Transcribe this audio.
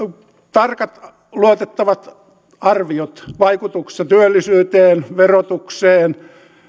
tarkat luotettavat arviot vaikutuksista työllisyyteen verotukseen